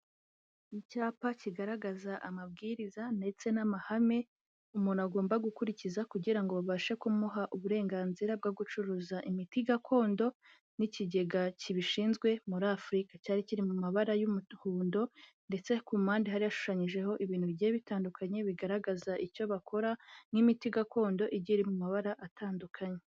Icyapa kigaragaza amabwiriza ndetse n'amahame umuntu agomba gukurikiza kugira ngo babashe kumuha uburenganzira bwo gucuruza imiti gakondo, n'ikigega kibishinzwe muri Afurika, cyari kiri mu mabara y'umuhondo ndetse ku mpande hari hashushanyijeho ibintu bigiye bitandukanye bigaragaza icyo bakora, n'imiti gakondo igera iri mu mabara atandukanye.